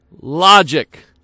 Logic